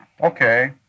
Okay